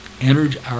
energy